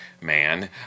man